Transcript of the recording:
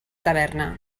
taverna